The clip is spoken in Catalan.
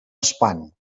espant